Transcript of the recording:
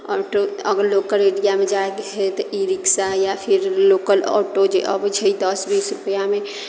auto अगर local एरियामे जाइके हइ तऽ ई रिक्शा या फेर लोकल ऑटो जे अबैत छै दस बीस रुपैआमे